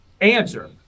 answer